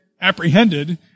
apprehended